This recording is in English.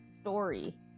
story